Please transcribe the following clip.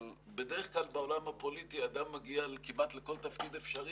אבל בדרך כלל בעולם הפוליטי אדם מגיע כמעט לכל תפקיד אפשרי,